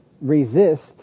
resist